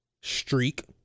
streak